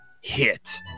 hit